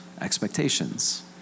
expectations